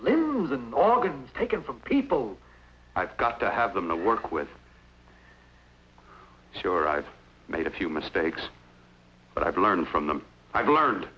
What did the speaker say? the organ taken from people i've got to have them to work with sure i've made a few mistakes but i've learned from them i've learned